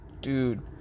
dude